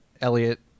Elliot